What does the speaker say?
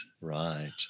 Right